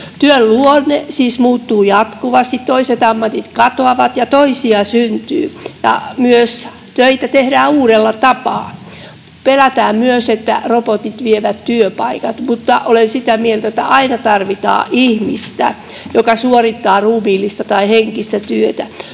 Työn luonne siis muuttuu jatkuvasti: toiset ammatit katoavat ja toisia syntyy, ja töitä myös tehdään uudella tapaa. Pelätään myös, että robotit vievät työpaikat, mutta olen sitä mieltä, että aina tarvitaan ihmistä, joka suorittaa ruumiillista tai henkistä työtä.